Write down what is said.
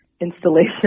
Installation